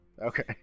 Okay